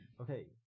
Okay